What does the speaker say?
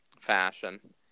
fashion